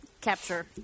capture